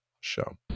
show